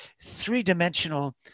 three-dimensional